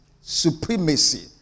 supremacy